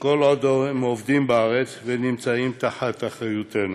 כל עוד הם עובדים בארץ ונמצאים תחת אחריותנו.